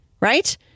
right